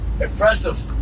impressive